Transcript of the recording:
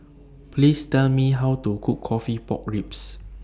Please Tell Me How to Cook Coffee Pork Ribs